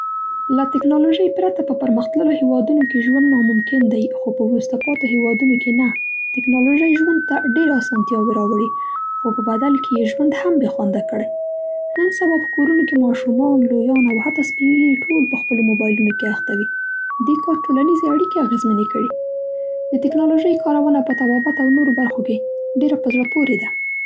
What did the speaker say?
له تکنالوژۍ پرته په پرمختللو هېوادونو کې ژوند نا ممکن دی، خو په وروسته پاتې هېوادونو کې نه. تکنالوژۍ ژوند ته ډېرې آسانتیاوې راوړې، خو په بدل کې یې ژوند هم بې خونده کړی. نن سبا په کورونو کې ماشومان، لویان او حتی سپین ږیري ټول په خپلو مبایلونو کې اخته وي. دې کار ټولنیزې اړیکې اغېزمنې کړې. د تکنالوژۍ کارونه په طبابت او نورو برخو کې ډېره په زړه پورې ده.